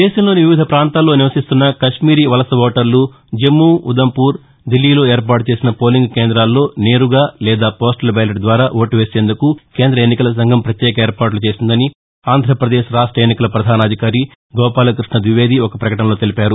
దేశంలోని వివిధ పాంతాల్లో నివసిస్తున్న కశ్మీరీ వలస ఓటర్లు జమ్మూ ఉదంపూర్ దిల్లీలో ఏర్పాటు చేసిన పోలింగ్ కేంద్రాల్లో నేరుగా లేదా పోస్టల్ బ్యాలెట్ ద్వారా ఓటు వేసేందుకు కేంద్ర ఎన్నికల సంఘం ప్రత్యేక ఏర్పాట్లు చేసిందని ఆంధ్రప్రదేశ్ రాష్ట ఎన్నికల ప్రధాన అధికారి గోపాలకృష్ణ ద్వివేది ఒక ప్రకటనలో తెలిపారు